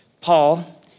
Paul